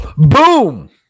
Boom